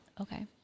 Okay